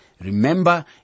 Remember